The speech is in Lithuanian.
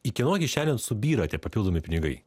į kieno kišenę subyra tie papildomi pinigai